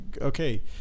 okay